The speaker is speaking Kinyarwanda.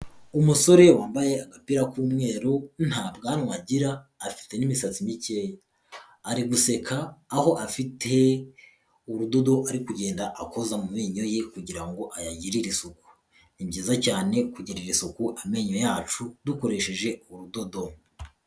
Umusore wambaye agapira k'umweru nta bwanwa agira afite n'imisatsi mikeya, ari guseka aho afite urudodo ari kugenda akoza mu menyo ye kugira ngo ayagirire isuku, ni byiza cyane kugirira isuku amenyo yacu dukoresheje urudodo.